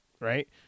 right